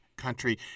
country